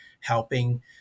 helping